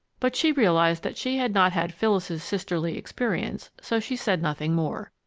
but she realized that she had not had phyllis's sisterly experience, so she said nothing more.